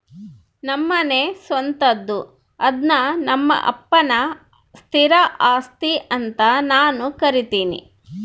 ನಮ್ಮನೆ ಸ್ವಂತದ್ದು ಅದ್ನ ನಮ್ಮಪ್ಪನ ಸ್ಥಿರ ಆಸ್ತಿ ಅಂತ ನಾನು ಕರಿತಿನಿ